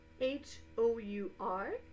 H-O-U-R